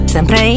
Sempre